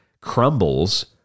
crumbles